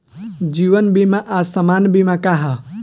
जीवन बीमा आ सामान्य बीमा का ह?